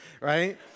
Right